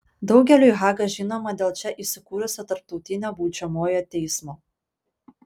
daugeliui haga žinoma dėl čia įsikūrusio tarptautinio baudžiamojo teismo